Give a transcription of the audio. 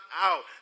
out